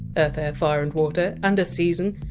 earth, air, fire and water, and a season,